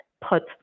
put